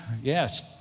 Yes